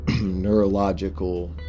neurological